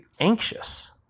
anxious